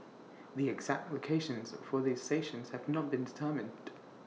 the exact locations for the stations have not been determined